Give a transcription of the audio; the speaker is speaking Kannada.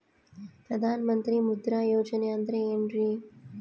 ಪ್ರಧಾನ ಮಂತ್ರಿ ಮುದ್ರಾ ಯೋಜನೆ ಅಂದ್ರೆ ಏನ್ರಿ?